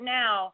now